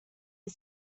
are